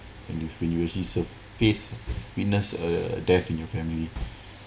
and you when you actually serve face witness a death in your family